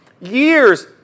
years